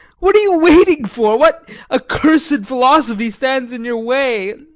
what are you waiting for? what accursed philosophy stands in your way?